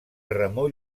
remor